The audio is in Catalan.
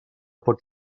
pot